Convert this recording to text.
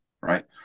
right